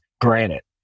granite